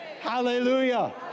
Hallelujah